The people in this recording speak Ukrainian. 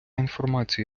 інформація